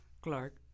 Clark